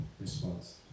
response